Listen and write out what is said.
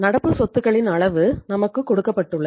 நடப்பு சொத்துக்களின் அளவு நமக்கு கொடுக்கப்பட்டுள்ளது